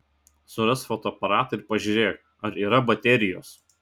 surask fotoaparatą ir pažiūrėk ar yra baterijos